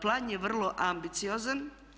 Plan je vrlo ambiciozan.